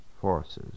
forces